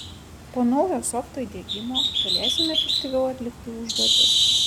po naujo softo įdiegimo galėsim efektyviau atlikti užduotis